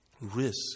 Risk